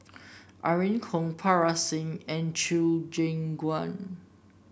Irene Khong Parga Singh and Chew Kheng Chuan